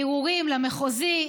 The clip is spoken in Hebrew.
בערעורים למחוזי,